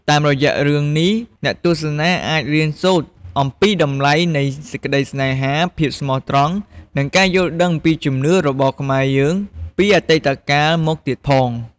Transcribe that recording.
តាមរយៈរឿងនេះ អ្នកទស្សនាអាចរៀនសូត្រអំពីតម្លៃនៃសេចក្តីស្នេហា ភាពស្មោះត្រង់ និងការយល់ដឹងពីជំនឿរបស់ខ្មែរយើងពីអតិតកាលមកទៀតផង។